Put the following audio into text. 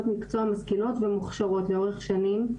מקצוע משכילות ומוכשרות לאורך שנים,